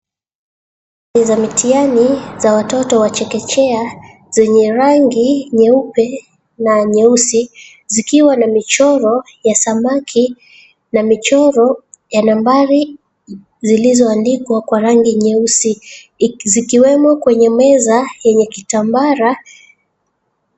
...Za mtihani za watoto wa chekechea zenye rangi nyeupe na nyeusi zikiwa na michoro ya samaki na michoro ya nambari zilizoandikwa kwa rangi nyeusi, zikiwemo kwenye meza yenye kitambara.